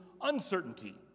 uncertainty